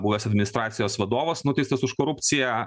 buvęs administracijos vadovas nuteistas už korupciją